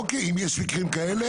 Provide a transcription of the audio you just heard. אוקיי, אם יש גם מקרים כאלה